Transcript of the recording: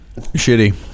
Shitty